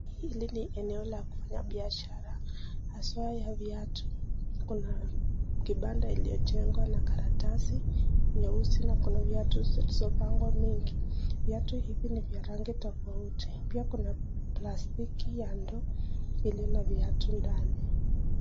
Hili ni eneo la kufanya biashara haswa ya viatu kuna kibanda iliyojengwa na karatasi nyeusi na kuna viatu zilizopangwa mingi. Viatu hizi ni za rangi tofauti pia kuna plastiki ya ndoo iliyo na viatu ndani.